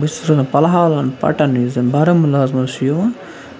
بہٕ چھُس روزان پَلہالَن پَٹَن یُس زَن بارہمولاہَس منٛز چھِ یِوان